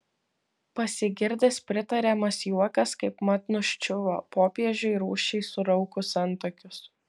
pasigirdęs pritariamas juokas kaipmat nuščiuvo popiežiui rūsčiai suraukus antakius